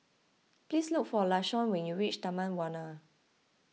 please look for Lashawn when you reach Taman Warna